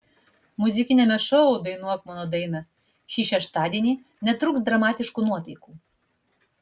muzikiniame šou dainuok mano dainą šį šeštadienį netrūks dramatiškų nuotaikų